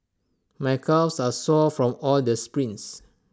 my calves are sore from all the sprints